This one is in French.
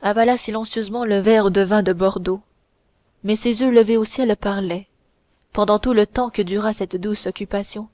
avala silencieusement le verre de vin de bordeaux mais ses yeux levés au ciel parlaient pendant tout le temps que dura cette douce occupation